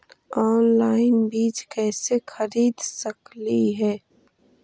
Online बीज कईसे खरीद सकली हे?